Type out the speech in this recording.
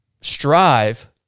strive